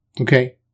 Okay